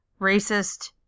racist